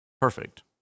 Perfect